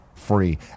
free